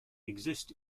exist